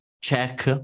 check